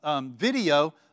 video